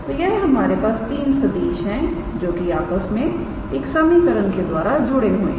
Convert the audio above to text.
तो यह हमारे पास 3 सदिश है जो कि आपस में एक समीकरण के द्वारा जुड़े हुए हैं